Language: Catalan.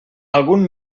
algun